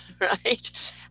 right